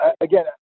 again